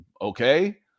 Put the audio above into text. Okay